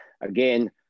again